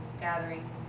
gathering